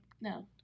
no